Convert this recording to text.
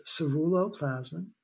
ceruloplasmin